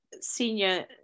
senior